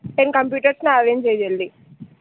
ten కంప్యూటర్స్ని arrange చెయ్యండి